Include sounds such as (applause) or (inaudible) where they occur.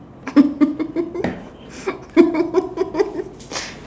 (laughs)